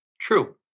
True